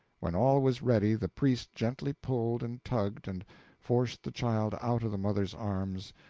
when all was ready the priest gently pulled and tugged and forced the child out of the mother's arms,